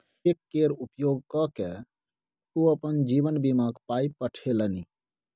cheque केर उपयोग क कए ओ अपन जीवन बीमाक पाय पठेलनि